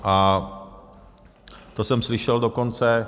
A to jsem slyšel dokonce...